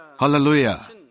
Hallelujah